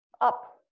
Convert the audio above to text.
up